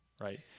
right